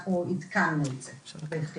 אנחנו עדכנו את זה, בהחלט.